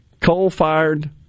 coal-fired